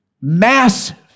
massive